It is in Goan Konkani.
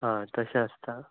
आं तशें आसता